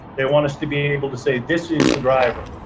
they want us to be able to say, this is the driver.